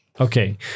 Okay